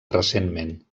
recentment